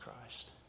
Christ